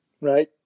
Right